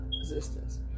resistance